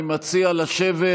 אני מציע לשבת,